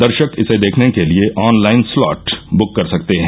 दर्शक इसे देखने के लिए ऑनलाइन स्लॉट बुक कर सकते हैं